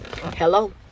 Hello